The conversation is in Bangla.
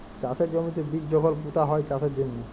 চাষের জমিতে বীজ যখল পুঁতা হ্যয় চাষের জ্যনহে